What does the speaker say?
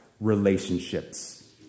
relationships